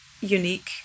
unique